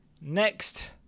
next